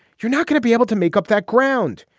you're not going to be able to make up that ground.